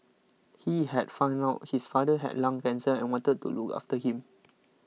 he had found out his father had lung cancer and wanted to look after him